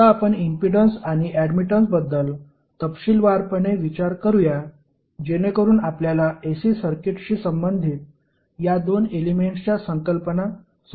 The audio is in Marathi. आता आपण इम्पीडन्स आणि ऍडमिटन्सबद्दल तपशीलवारपणे विचार करूया जेणेकरुन आपल्याला AC सर्किटशी संबंधित या दोन एलेमेंट्सच्या संकल्पना समजू शकतील